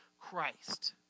Christ